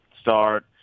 start